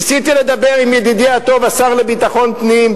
ניסיתי לדבר עם ידידי הטוב השר לביטחון פנים,